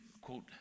quote